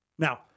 Now